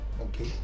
okay